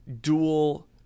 dual